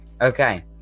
Okay